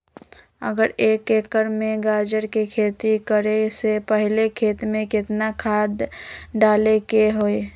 अगर एक एकर में गाजर के खेती करे से पहले खेत में केतना खाद्य डाले के होई?